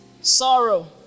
sorrow